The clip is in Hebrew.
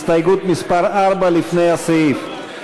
הסתייגות מס' 4 לפני הסעיף,